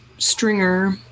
stringer